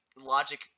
logic